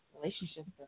Relationships